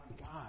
God